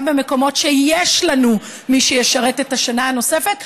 במקומות שיש לנו מי שישרת את השנה הנוספת.